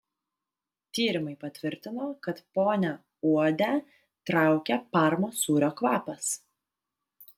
tyrimai patvirtino kad ponią uodę traukia parmos sūrio kvapas